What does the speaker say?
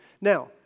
Now